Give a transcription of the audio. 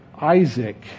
Isaac